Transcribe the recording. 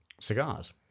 Cigars